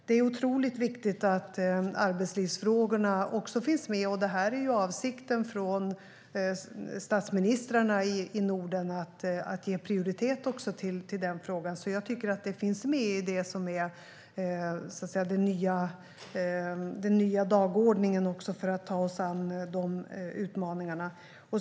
Det är otroligt viktigt att också arbetslivsfrågorna finns med. Det är avsikten hos statsministrarna i Norden att ge prioritet till den frågan, och jag tycker att den finns med på vår nya dagordning för att ta oss an de utmaningarna.